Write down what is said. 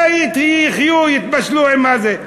שיחיו, יתבשלו עם זה.